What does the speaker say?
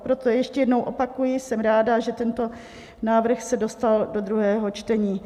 Proto ještě jednou opakuji: jsem ráda, že tento návrh se dostal do druhého čtení.